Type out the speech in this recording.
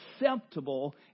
acceptable